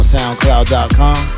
SoundCloud.com